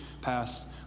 past